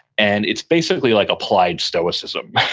and it's basically like applied stoicism.